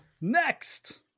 next